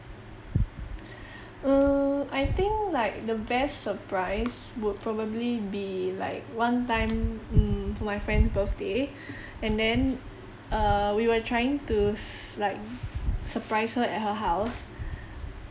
err I think like the best surprise would probably be like one time mm for my friend's birthday and then err we were trying to s~ like surprise her at her house